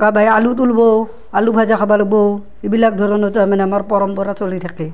কাবাই আলু তুলব' আলু ভাজা খাবা লাগবো এইবিলাক ধৰণৰ তাৰমানে আমাৰ পৰম্পৰা চলি থাকে